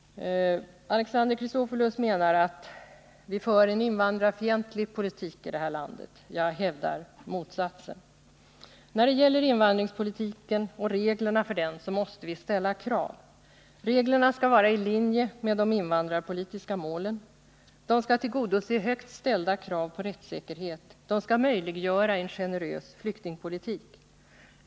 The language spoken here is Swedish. Alexander Chrisopoulos menar att vi för en invandrarfientlig politik i detta land. Jag hävdar motsatsen. När det gäller invandringspolitiken och reglerna för den måste vi ställa vissa krav: Reglerna skall vara i linje med de invandrarpolitiska målen. De skall tillgodose högt ställda krav på rättssäkerhet. De skall möjliggöra en generös flyktingpolitik.